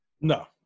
No